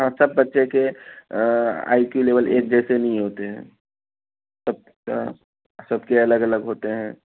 ہاں سب بچے کے آئی کییو لیول ایک جیسے نہیں ہوتے ہیں سب کا سب کے الگ الگ ہوتے ہیں